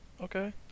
Okay